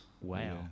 Wow